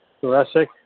Jurassic